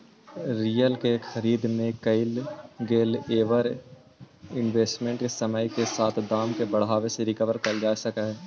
real के खरीद में कईल गेलई ओवर इन्वेस्टमेंट समय के साथ दाम के बढ़ावे से रिकवर कईल जा सकऽ हई